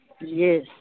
Yes